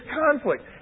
conflict